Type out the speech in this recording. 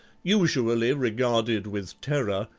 usually regarded with terror,